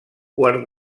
quart